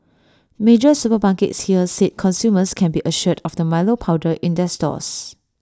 major supermarkets here said consumers can be assured of the milo powder in their stores